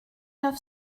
neuf